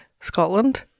Scotland